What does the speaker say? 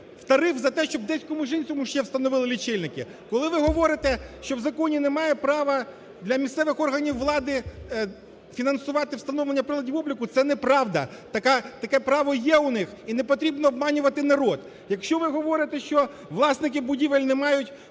тариф за те, щоб десь комусь іншому ще встановили лічильники. Коли ви говорите, що в законі немає права для місцевих органів влади фінансувати встановлення приладів обліку, це неправда, таке право є у них і не потрібно обманювати народ. Якщо ви говорите, що власники будівель не мають право